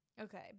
okay